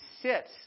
sits